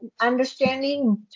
understanding